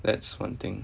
that's one thing